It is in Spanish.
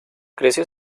creció